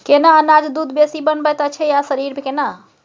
केना अनाज दूध बेसी बनबैत अछि आ शरीर केना?